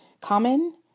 Common